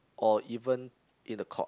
or even in the court